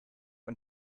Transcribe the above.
und